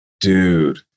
dude